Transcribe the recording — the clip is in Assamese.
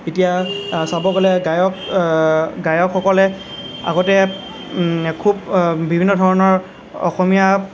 এতিয়া চাব গ'লে গায়ক গায়কসকলে আগতে খুব বিভিন্ন ধৰণৰ অসমীয়া